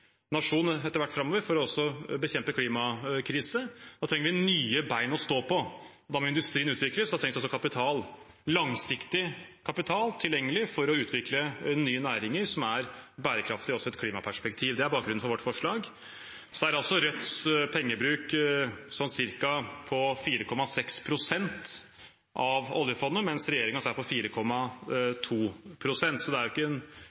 etter hvert framover, også for å bekjempe klimakrise. Da trenger vi nye bein å stå på. Da må industrien utvikles, og da trengs det også kapital, langsiktig kapital, tilgjengelig for å utvikle nye næringer som er bærekraftige også i et klimaperspektiv. Det er bakgrunnen for vårt forslag. Så er altså Rødts pengebruk sånn ca. på 4,6 pst. av oljefondet, mens regjeringens er på 4,2 pst., så det er ikke en